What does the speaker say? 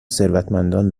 ثروتمندان